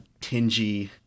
tingy